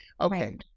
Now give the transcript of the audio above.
Okay